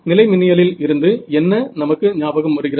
நிலைமின் இயலில் இருந்து என்ன நமக்கு ஞாபகம் வருகிறது